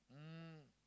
um